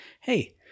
hey